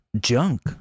junk